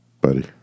buddy